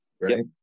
right